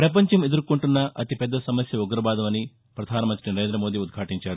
ప్రపంచం ఎదుర్కొంటున్న అతిపెద్ద సమస్య ఉగ్రవాదమని ప్రధానమంత్రి నరేంద్రమోదీ ఉ ద్ఘాదీంచారు